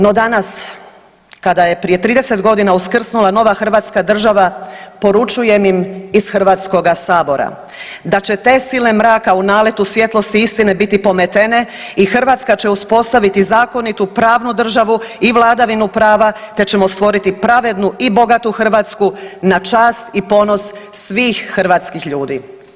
No danas kada je prije 30.g. uskrsnula nova hrvatska država poručujem im iz HS da će te sile mraka u naletu svjetlosti i istine biti pometene i Hrvatska će uspostaviti zakonitu pravnu državu i vladavinu prava, te ćemo stvoriti pravednu i bogatu Hrvatsku na čast i ponos svih hrvatskih ljudi.